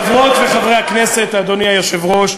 חברות וחברי הכנסת, אדוני היושב-ראש,